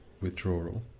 withdrawal